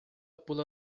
pula